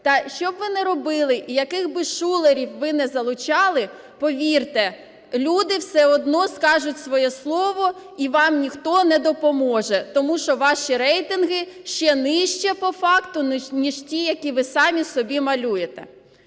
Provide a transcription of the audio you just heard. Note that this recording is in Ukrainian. Та, щоб ви не робили і яких би шулерів ви не залучали, повірте, люди все одно скажуть своє слово і вам ніхто не допоможе, тому що ваші рейтинги ще нижче по факту ніж ті, які ви самі собі малюєте.